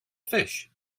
fish